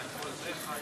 מה, את כל זה, חיים?